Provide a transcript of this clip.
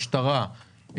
משטרה,